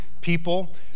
people